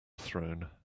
throne